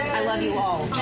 love you all.